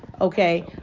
Okay